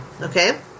Okay